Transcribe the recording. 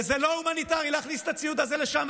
וזה לא הומניטרי להכניס את הציוד הזה לשם,